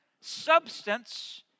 substance